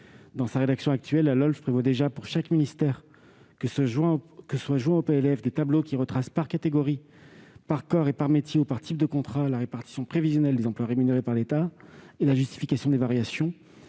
Dans sa rédaction actuelle, la LOLF prévoit déjà, pour chaque ministère, que soient joints au PLF des tableaux qui retracent par catégorie, par corps, par métier ou par type de contrat, la répartition prévisionnelle des emplois rémunérés par l'État et la justification des variations,